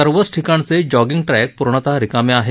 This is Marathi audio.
सर्वच ठिकाणचे जॉगिंग ट्रॅक पूर्णतः रिकामे आहेत